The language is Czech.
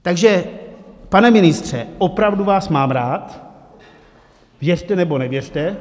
Takže, pane ministře, opravdu vás mám rád, věřte nebo nevěřte.